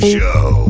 Show